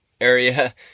area